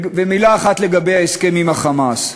מילה אחת לגבי ההסכם עם ה"חמאס".